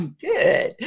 Good